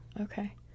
Okay